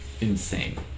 insane